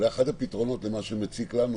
אולי אחד הפתרונות למה שמציק לנו,